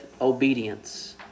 Obedience